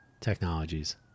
technologies